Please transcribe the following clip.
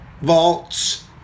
Vaults